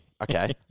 Okay